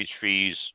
fees